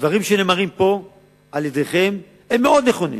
הדברים שנאמרים פה על-ידיכם הם מאוד נכונים.